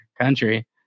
country